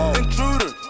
intruder